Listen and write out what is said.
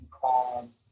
calm